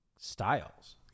Styles